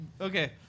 Okay